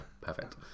perfect